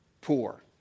poor